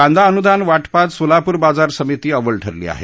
कांदा अनुदान वाटपात सोलापूर बाजार समिती अव्वल ठरली आहे